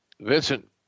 Vincent